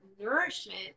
Nourishment